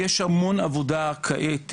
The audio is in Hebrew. יש המון עבודה כעת,